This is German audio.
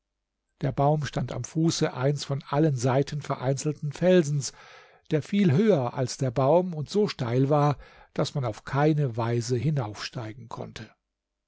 der baum stand am fuße eines von allen seiten vereinzelten felsens der viel höher als der baum und so steil war daß man auf keine weise hinaufsteigen konnte